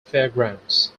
fairgrounds